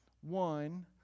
one